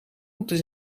moeten